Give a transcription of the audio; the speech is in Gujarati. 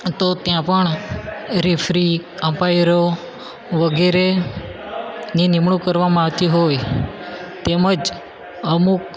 તો ત્યાં પણ રેફરી અમ્પાયરો વગેરેની નિમણૂક કરવામાં આવતી હોય તેમ જ અમુક